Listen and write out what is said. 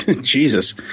Jesus